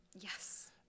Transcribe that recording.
yes